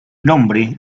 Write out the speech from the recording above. nombre